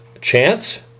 Chance